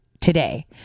today